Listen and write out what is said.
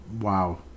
wow